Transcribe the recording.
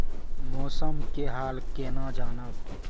मौसम के हाल केना जानब?